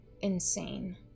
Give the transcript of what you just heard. insane